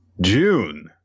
june